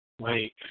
wait